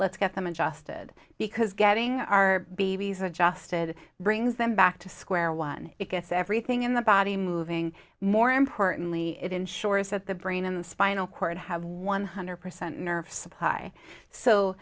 let's get them adjusted because getting our babies adjusted brings them back to square one it gets everything in the body moving more importantly it ensures that the brain and spinal cord have one hundred percent nerve supply so